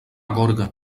gorga